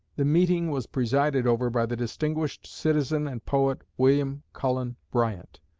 the meeting was presided over by the distinguished citizen and poet william cullen bryant,